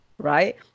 Right